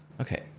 Okay